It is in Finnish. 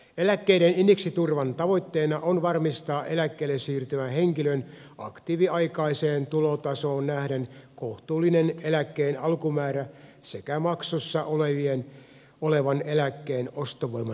eläkkeiden indeksiturvan tavoitteena on varmistaa eläkkeelle siirtyvän henkilön aktiiviaikaiseen tulotasoon nähden kohtuullinen eläkkeen alkumäärä sekä maksussa olevan eläkkeen ostovoiman säilyminen